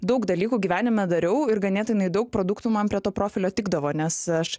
daug dalykų gyvenime dariau ir ganėtinai daug produktų man prie to profilio tikdavo nes aš